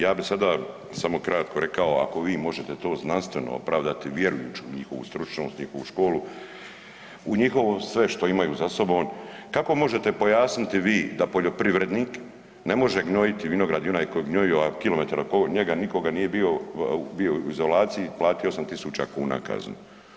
Ja bih sada samo kratko rekao, ako vi možete to znanstveno opravdati vjerujući u njihovu stručnost, njihovu školu u njihovo sve što imaju za sobom, kako možete pojasniti vi da poljoprivrednik ne može gnojiti vinograd i onaj koji je gnojio, a kilometar oko njega nikoga nije bilo, a bio je u izolaciji platio 8,000 kuna kazne?